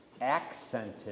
accented